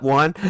one